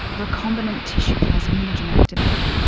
recombinant tissue plasminogen activator. um